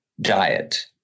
diet